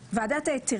עליה.